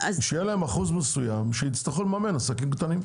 שיהיה להם אחוז מסוים שיצטרכו לממן עסקים קטנים.